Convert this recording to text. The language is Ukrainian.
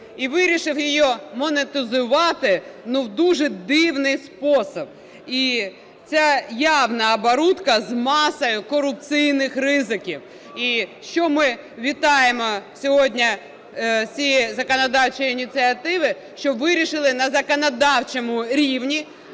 і вирішив її монетизувати ну в дуже дивний спосіб. І це явна оборудка з масою корупційних ризиків. І що ми вітаємо сьогодні з цієї законодавчої ініціативи, що вирішили на законодавчому рівні